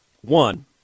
One